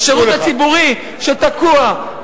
השירות הציבורי תקוע,